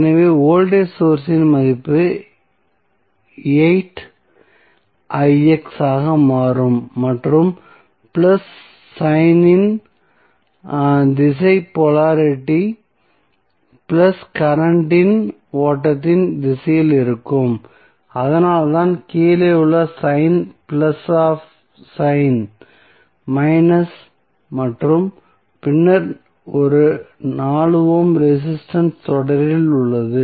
எனவே voltage source இன் மதிப்பு ஆக மாறும் மற்றும் பிளஸ் சைன் இன் திசை போலாரிட்டி பிளஸ் கரண்ட் இன் ஓட்டத்தின் திசையில் இருக்கும் அதனால்தான் கீழேயுள்ள sign plus up sign minus மற்றும் பின்னர் ஒரு 4 ஓம் ரெசிஸ்டன்ஸ் தொடரில் உள்ளது